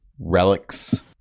relics